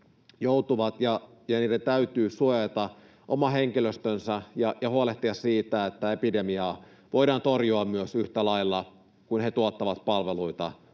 yhtä lailla täytyy suojata oma henkilöstönsä ja huolehtia siitä, että epidemiaa voidaan torjua tuotettaessa palveluita